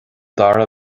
dara